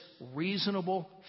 reasonable